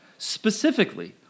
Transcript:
specifically